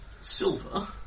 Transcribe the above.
Silver